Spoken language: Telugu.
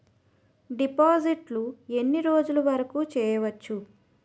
డిపాజిట్లు ఎన్ని రోజులు వరుకు చెయ్యవచ్చు?